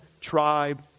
tribe